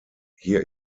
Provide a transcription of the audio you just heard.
hier